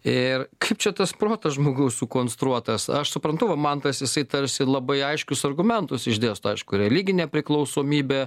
ir kaip čia tas protas žmogaus sukonstruotas aš suprantu va mantas jisai tarsi labai aiškius argumentus išdėsto aišku religinė priklausomybė